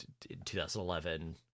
2011